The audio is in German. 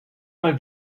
mal